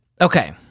okay